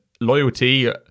loyalty